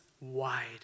wide